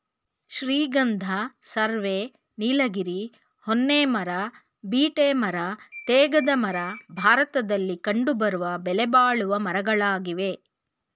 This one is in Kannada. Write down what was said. ಶ್ರೀಗಂಧ, ಸರ್ವೆ, ನೀಲಗಿರಿ, ಹೊನ್ನೆ ಮರ, ಬೀಟೆ ಮರ, ತೇಗದ ಮರ ಭಾರತದಲ್ಲಿ ಕಂಡುಬರುವ ಬೆಲೆಬಾಳುವ ಮರಗಳಾಗಿವೆ